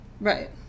right